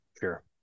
Sure